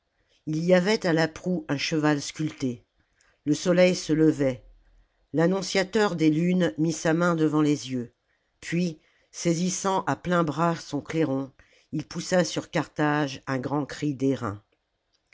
il y avait à la proue un cheval sculpté le soleil se levait l'annonciateur des lunes mit sa main devant les yeux puis saisissant à pleins bras son clairon il poussa sur carthage un grand cri